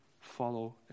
follow